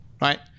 right